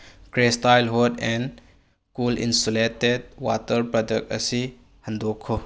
crystal hot and cold insulated water product ꯑꯁꯤ ꯍꯟꯗꯣꯛꯈꯣ